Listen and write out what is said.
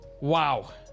Wow